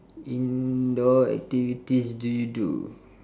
indoor activities do you do